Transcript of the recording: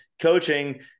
coaching